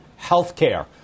healthcare